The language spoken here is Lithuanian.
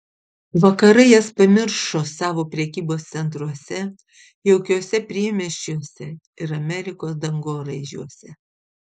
vakarai jas pamiršo savo prekybos centruose jaukiuose priemiesčiuose ir amerikos dangoraižiuose